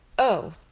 o,